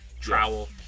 trowel